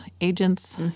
agents